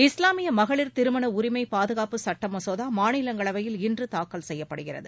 இஸ்லாமிய மகளிர் திருமன உரிமை பாதுகாப்பு சட்ட மசோதா மாநிலங்களவையில் இன்று தாக்கல் செய்யப்படுகிறது